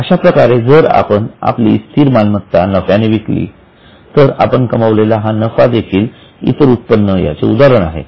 अशा प्रकारे जर आपण आपली स्थिर मालमत्ता नफ्याने विकली तर आपण कमवलेला हा नफा देखील इतर उत्पन्न याचे उदाहरण आहे